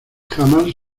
jamás